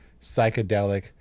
psychedelic